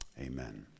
Amen